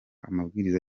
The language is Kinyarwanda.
amabwiriza